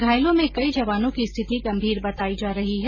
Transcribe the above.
घायलों में कई जवानों की स्थिति गंभीर बताई जा रही है